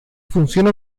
funciona